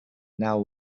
naw